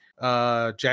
Jack